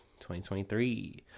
2023